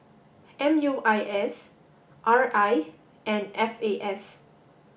M U I S R I and F A S